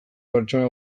pertsona